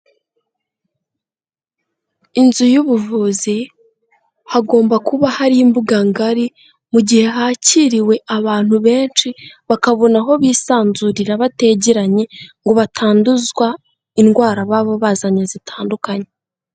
Inzu y'ubuvuzi, hagomba kuba hari imbuganga ngari, mu gihe hakiriwe abantu benshi, bakabona aho bisanzurira bategeranye, ngo batanduzwa indwara baba bazanye zitandukanye.